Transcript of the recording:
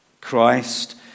Christ